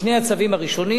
שני הצווים הראשונים,